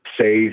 say